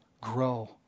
grow